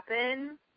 happen